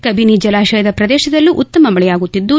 ಕಬಿನಿ ಜಲಾಶಯದ ಪ್ರದೇಶದಲ್ಲೂ ಉತ್ತಮ ಮಳೆಯಾಗುತ್ತಿದ್ದು